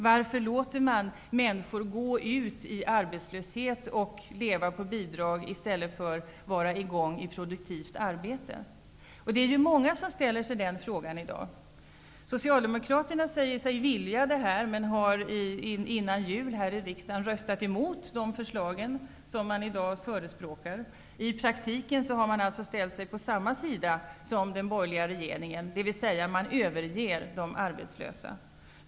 Varför låter man människor gå ut i arbetslöshet och leva på bidrag i stället för att låta dem vara i gång i produktivt arbete? Det är många som ställer sig den frågan i dag. Socialdemokraterna säger sig vilja komma till rätta med det här. Före jul röstade man emellertid emot de förslag här i risdagen som man nu förespråkar. I praktiken har Socialdemokraterna ställt sig på samma sida som den borgerliga regeringen, dvs. man överger de arbetslösa.